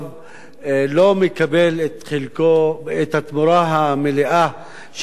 הוא לא מקבל את התמורה המלאה של שוויון